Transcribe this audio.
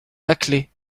laclais